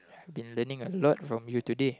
been learning a lot from you today